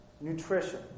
Nutrition